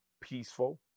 peaceful